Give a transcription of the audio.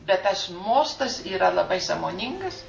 bet tas mostas yra labai sąmoningas